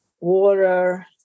water